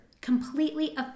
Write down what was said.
completely